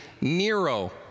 Nero